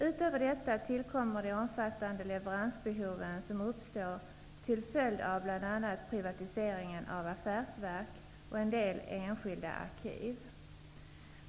Utöver detta tillkommer de omfattande leveransbehoven som uppstår till följd av bl.a. privatiseringen av affärsverk och en del enskilda arkiv.